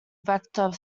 vector